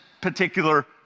particular